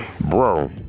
Bro